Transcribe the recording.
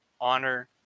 honor